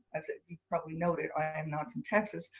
as you probably noted i'm not in texas.